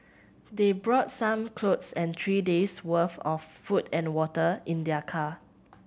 they brought some clothes and three day's worth of food and water in their car